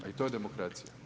A i to je demokracija.